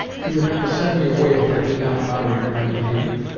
he would have to send me away if i did not moderate my behaviour.